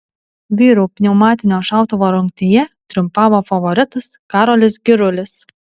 vyrų pneumatinio šautuvo rungtyje triumfavo favoritas karolis girulis